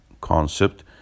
concept